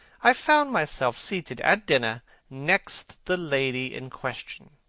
i found myself seated at dinner next the lady in question,